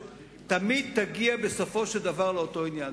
תמיד תגיע בסופו של דבר לאותו עניין.